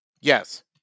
Yes